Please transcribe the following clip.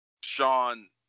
Sean